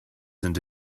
into